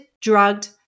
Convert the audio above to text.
drugged